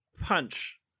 punch